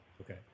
Okay